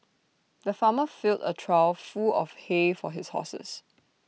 the farmer filled A trough full of hay for his horses